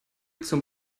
zum